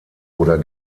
oder